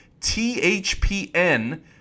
THPN